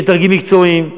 יש דרגים מקצועיים,